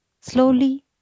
slowly